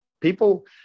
People